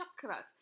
chakras